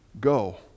go